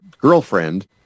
girlfriend